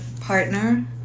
partner